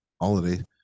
holiday